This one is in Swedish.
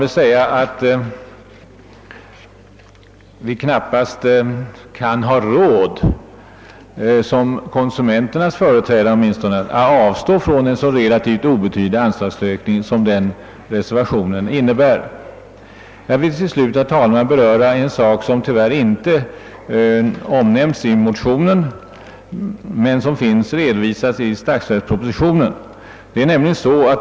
Vi kan inte, åtminstone inte som konsumenternas företrädare, ha råd att avstå från en så relativt obetydlig anslagsökning som den som föreslås i reservationen. Herr talman! Till slut vill jag beröra en sak som tyvärr inte omnämns i motionen men som redovisas i statsverkspropositionen.